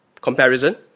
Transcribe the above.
comparison